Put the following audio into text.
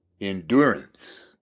endurance